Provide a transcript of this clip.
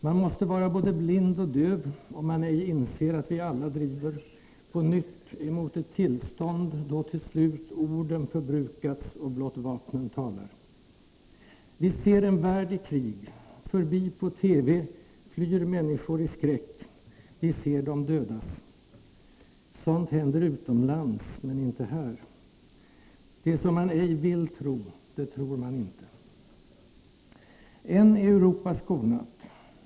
Man måste vara både blind och döv, om man ej inser att vi alla driver på nytt emot ett tillstånd då till slut orden förbrukats och blott vapnen talar. Vi ser en värld i krig. Förbi på TV flyr människor i skräck. Vi ser dem dödas. ”Sånt händer utomlands. Men inte här.” Det som man ej vill tro, det tror man inte. Än är Europa skonat.